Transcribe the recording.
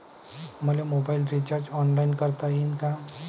मले mobile recharge online करता येईन का?